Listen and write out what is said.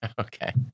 Okay